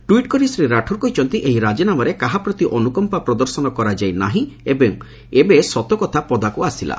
tweet କରି ଶ୍ରୀ ରାଠୋର କହିଛନ୍ତି ଏହି ରାଜିନାମାରେ କାହାପ୍ରତି ଅନୁକମ୍ପା ପ୍ରଦର୍ଶନ କରାଯାଇନାହିଁ ଏବଂ ଏବେ ସତକଥା ପଦାକୁ ଆସିଲା